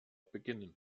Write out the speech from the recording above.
beginnen